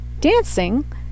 dancing